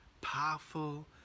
powerful